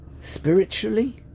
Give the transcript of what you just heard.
spiritually